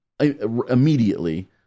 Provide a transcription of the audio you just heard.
immediately